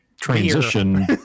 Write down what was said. transition